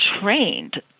trained